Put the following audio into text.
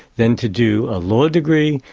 then to do a law degree,